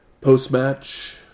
Post-match